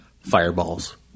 Fireballs